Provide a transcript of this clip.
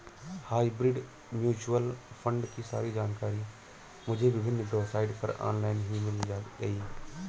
hybrid mutual fund की सारी जानकारी मुझे विभिन्न वेबसाइट पर ऑनलाइन ही मिल गयी